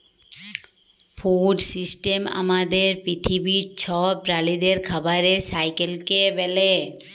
food system আমাদের পিথিবীর ছব প্রালিদের খাবারের সাইকেলকে ব্যলে